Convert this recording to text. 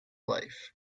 life